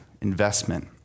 investment